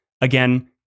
Again